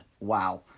wow